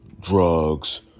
drugs